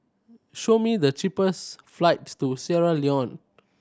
show me the cheapest flights to Sierra Leone